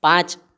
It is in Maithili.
पाँच